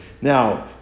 Now